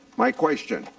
my question,